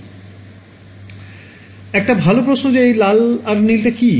ছাত্র ছাত্রীঃ একটা ভালো প্রশ্ন যে এই লাল আর নীল টা কি